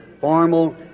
formal